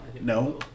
No